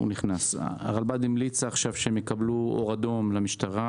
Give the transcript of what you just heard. הרלב"ד המליץ שהם יקבלו אור אדום למשטרה,